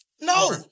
No